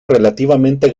relativamente